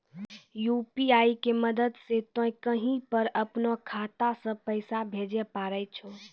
UPI के मदद से तोय कहीं पर अपनो खाता से पैसे भेजै पारै छौ